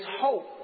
hope